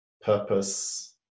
purpose